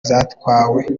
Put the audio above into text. zatwawe